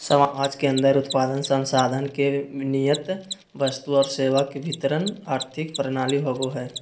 समाज के अन्दर उत्पादन, संसाधन के नियतन वस्तु और सेवा के वितरण आर्थिक प्रणाली होवो हइ